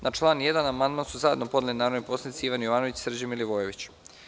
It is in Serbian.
Na član 1. amandman su zajedno podneli narodni poslanici Ivan Jovanović i Srđan Milivojević.